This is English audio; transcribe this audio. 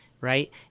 right